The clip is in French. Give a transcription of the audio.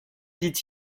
dit